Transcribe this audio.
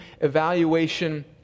evaluation